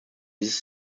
dieses